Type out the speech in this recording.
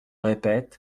répète